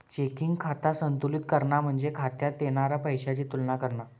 checking खाता संतुलित करणा म्हणजे खात्यात येणारा पैशाची तुलना करणा